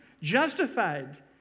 justified